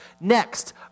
Next